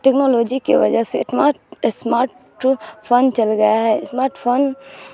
technology کی وجہ سے اٹماٹ اسمارٹ ٹرو فون چل گیا ہے اسماٹ فون